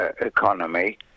economy